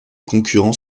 concurrents